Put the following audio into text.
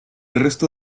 resto